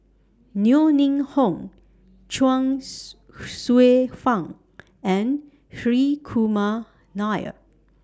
Yeo Ning Hong Chuang Hsueh Fang and Hri Kumar Nair